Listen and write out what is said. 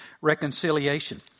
reconciliation